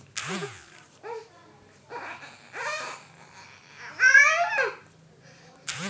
मालजाल केँ खुआबइ बला चारा बहुत रंग केर होइ छै